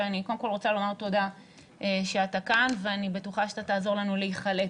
שאני קודם כל רוצה לומר תודה שאתה כאן ואני בטוחה שאתה תעזור לנו להיחלץ